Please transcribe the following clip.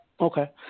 Okay